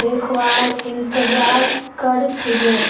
देखवार इंतजार कर छिले